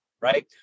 right